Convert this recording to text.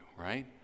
right